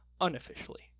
unofficially